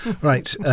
Right